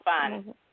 fun